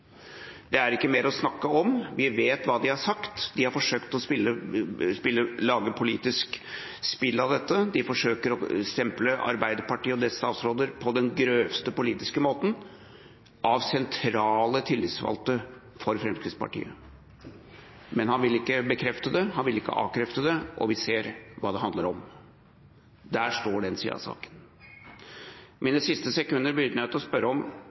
Det er ikke mer å snakke om. Vi vet hva de har sagt. De har forsøkt å lage politisk spill av dette, og sentrale tillitsvalgte i Fremskrittspartiet forsøker å stemple Arbeiderpartiet og dets statsråder på den groveste politiske måten. Men han vil verken bekrefte eller avkrefte det, og vi ser hva det handler om. Der står den siden av saken. Mine siste sekunder benytter jeg til å